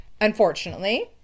Unfortunately